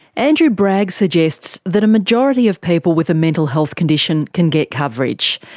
andrew bragg suggests that a majority of people with a mental health condition can get coverage,